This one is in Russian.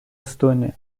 эстонии